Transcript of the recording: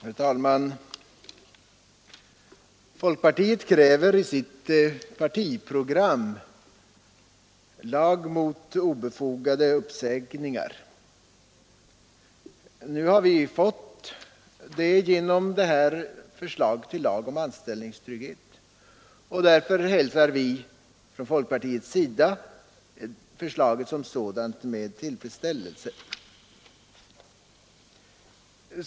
Herr talman! Folkpartiet kräver i sitt partiprogram lag mot obefogade uppsägningar. Nu får vi det genom det här förslaget till lag om anställningstrygghet, och därför hälsar vi inom folkpartiet förslaget med tillfredsställelse.